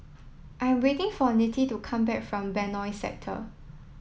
I'm waiting for Nettie to come back from Benoi Sector